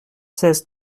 seize